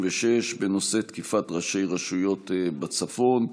36, בנושא תקיפת ראשי רשויות בצפון.